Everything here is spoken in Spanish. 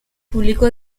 publicó